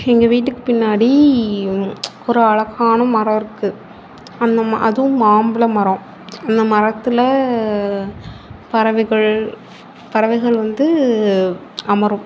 எங்கள் வீட்டுக்கு பின்னாடி ஒரு அழகான மரம் இருக்குது அந்த அதுவும் மாம்பழ மரம் அந்த மரத்தில் பறவைகள் பறவைகள் வந்து அமரும்